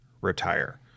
retire